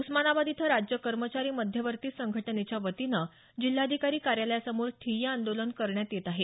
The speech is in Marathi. उस्मानाबाद इथं राज्य कर्मचारी मध्यवर्ती संघटनेच्या वतीनं जिल्हाधिकारी कार्यालयासमोर ठिय्या आंदोलन करण्यात येत आहे